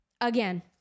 again